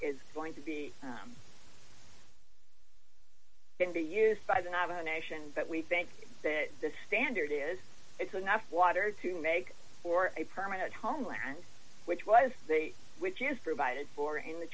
is going to be can be used by the navajo nation but we think that the standard is it's enough water to make for a permanent homeland which was the which is provided for in the